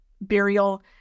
burial